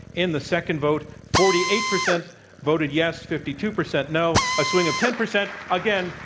in the second vote, forty eight percent voted yes, fifty two percent no. a swing of ten percent, again,